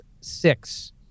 six